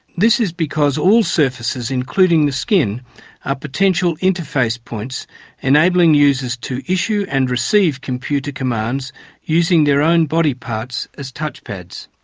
this is because all surfaces including the skin are potential interface points enabling users to issue and receive computer commands using their own body parts as touchpads.